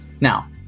Now